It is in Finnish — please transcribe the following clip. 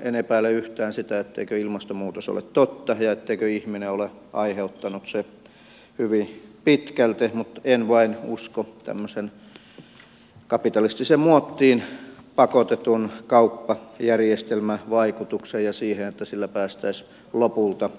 en epäile yhtään sitä etteikö ilmastonmuutos ole totta ja etteikö ihminen ole aiheuttanut sen hyvin pitkälti mutta en vain usko tämmöisen kapitalistiseen muottiin pakotetun kauppajärjestelmän vaikutukseen ja siihen että sillä päästäisiin lopulta